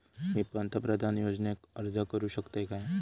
मी पंतप्रधान योजनेक अर्ज करू शकतय काय?